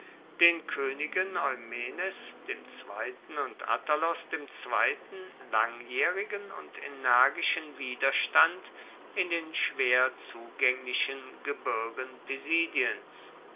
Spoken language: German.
den königen eumenes il und attalos ii langjährigen und energischen widerstand in den schwer zugänglichen